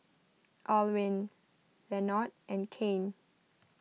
Alwine Lenord and Kane